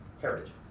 Heritage